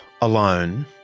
alone